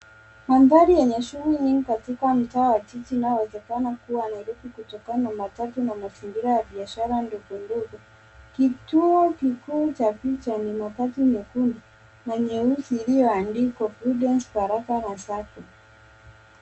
Mandhari yenye shughuli nyingi katika mtaa wa jiji inayowezekana kuwa Nairobi kutokana na matatu na mazingira ya biashara ndogo ndogo. Kituo kikuu cha picha ni mabasi mekundu na nyeusi iliyoandikwa Prudence baraka na sacco .